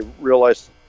realized